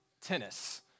tennis